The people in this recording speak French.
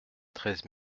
treize